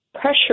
pressure